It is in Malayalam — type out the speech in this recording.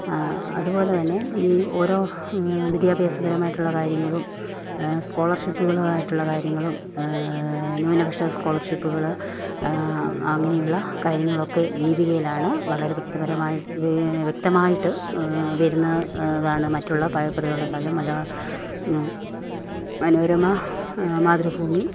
അതുപോലെത്തന്നെ ഈ ഓരോ വിദ്യാഭ്യാസപരമായിട്ടുള്ള കാര്യങ്ങളും സ്കോളർഷിപ്പുകളായിട്ടുള്ള കാര്യങ്ങളും ന്യുനപക്ഷ സ്കോളർഷിപ്പ്കൾ അങ്ങനെയുള്ള കാര്യങ്ങളൊക്കെ ദീപികയിലാണ് വളരെ വ്യക്തപരമായി വ്യക്തമായിട്ട് വരുന്ന താണ് മറ്റുള്ള പ്യോപ്പറുകളെക്കാളും മനോരമ മാതൃഭൂമി